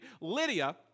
Lydia